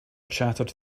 chattered